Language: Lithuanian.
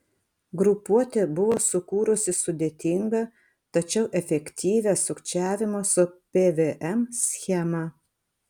grupuotė buvo sukūrusi sudėtingą tačiau efektyvią sukčiavimo su pvm schemą